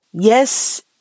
Yes